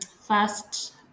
first